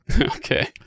Okay